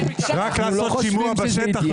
רק לעשות שימוע בשטח,